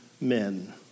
men